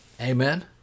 Amen